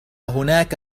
هناك